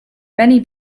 many